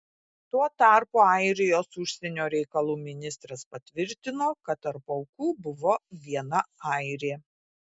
tuo tarpu airijos užsienio reikalų ministras patvirtino kad tarp aukų buvo viena airė